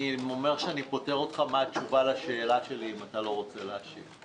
אני פותר אותך מהתשובה לשאלה שלי אם אתה לא רוצה להשיב.